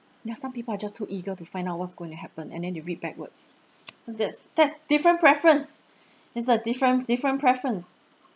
yeah some people are just too eager to find out what's going to happen and then they read backwards that's that different preference is a different different preference